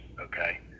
okay